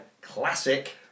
classic